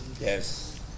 Yes